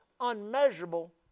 unmeasurable